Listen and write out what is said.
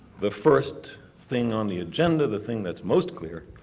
the first thing on the agenda, the thing that's most clear,